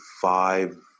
five